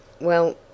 Well